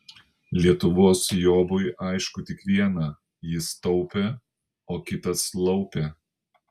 lietuvos jobui aišku tik viena jis taupė o kitas laupė